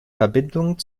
verbindung